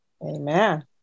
Amen